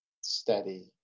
steady